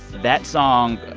that song,